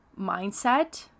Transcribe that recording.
mindset